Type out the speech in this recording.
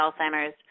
Alzheimer's